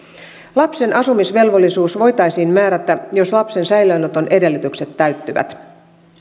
lapsen asumisvelvollisuus voitaisiin määrätä jos lapsen säilöönoton edellytykset täyttyvät